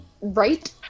right